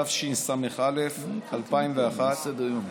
התשס"א 2001,